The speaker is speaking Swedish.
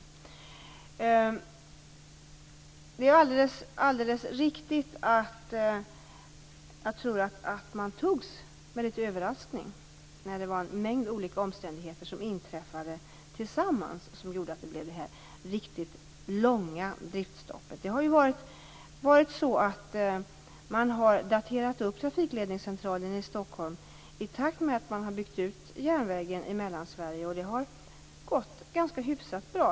Jag tror att det är alldeles riktigt att man togs med litet överraskning när en mängd olika omständigheter inträffade tillsammans och gav upphov till det här riktigt långa driftstoppet. Man har daterat upp trafikledningscentralen i Stockholm i takt med att man har byggt ut järnvägen i Mellansverige, och det har gått hyfsat bra.